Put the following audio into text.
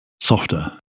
softer